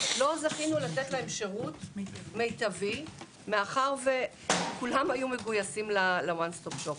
לא זכינו לתת להם שירות מיטבי כי כולם היו מגויסים ל- one stop shop.